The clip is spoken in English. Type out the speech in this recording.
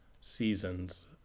seasons